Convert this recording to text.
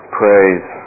praise